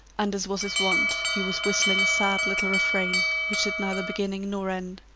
and, as was his wont, he was whistling a sad little refrain which had neither beginning nor end.